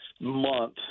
month